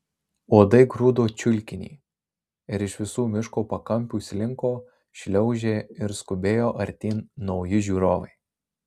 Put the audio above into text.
uodai grūdo čiulkinį ir iš visų miško pakampių slinko šliaužė ir skubėjo artyn nauji žiūrovai